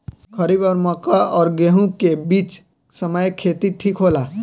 खरीफ और मक्का और गेंहू के बीच के समय खेती ठीक होला?